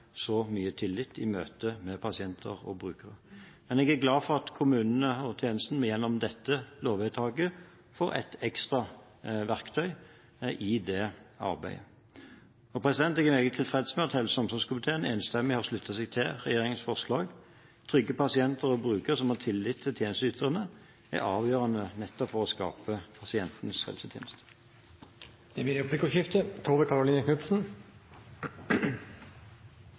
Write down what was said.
så mye tillit i møte med pasienter og brukere. Men jeg er glad for at kommunene og tjenesten gjennom dette lovvedtaket får et ekstra verktøy i det arbeidet. Jeg er meget tilfreds med at helse- og omsorgskomiteen enstemmig har sluttet seg til regjeringens forslag. Trygge pasienter og brukere som har tillit til tjenesteyterne, er avgjørende nettopp for å skape pasientens helsetjeneste. Det blir replikkordskifte.